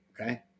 okay